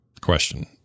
question